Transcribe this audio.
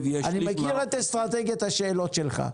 אני מכיר את אסטרטגיית השאלות שלך.